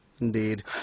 Indeed